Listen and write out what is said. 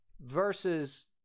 versus